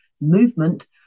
movement